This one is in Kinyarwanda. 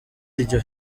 iryo